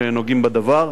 שנוגעים בדבר.